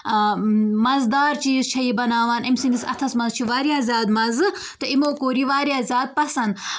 مَزٕدار چیٖز چھےٚ یہِ بَناوان أمۍ سٕنٛدِس اَتھَس منٛز چھُ واریاہ زیادٕ مَزٕ تہٕ یِمو کوٚر یہِ واریاہ زیادٕ پَسنٛد